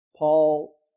Paul